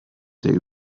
der